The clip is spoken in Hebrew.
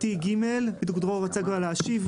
50א(ג), בדיוק דרור רוצה כבר להשיב.